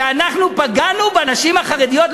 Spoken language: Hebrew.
שאנחנו פגענו בנשים החרדיות,